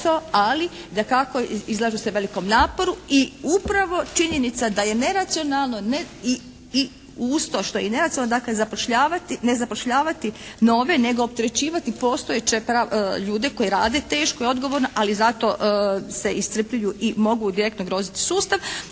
ali dakako izlažu se velikom naporu i upravo činjenica da je neracionalno i uz to što je neracionalno, dakle ne zapošljavati nove nego opterećivati postojeće ljude koji rade teško i odgovorno ali zato se iscrpljuju i mogu direktno ugroziti sustav